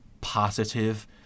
positive